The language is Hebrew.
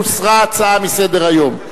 הוסרה ההצעה מסדר-היום.